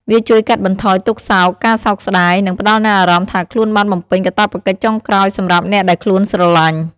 វាជួយកាត់បន្ថយទុក្ខសោក ការសោកស្តាយ និងផ្តល់នូវអារម្មណ៍ថាខ្លួនបានបំពេញកាតព្វកិច្ចចុងក្រោយសម្រាប់អ្នកដែលខ្លួនស្រឡាញ់។